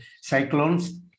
cyclones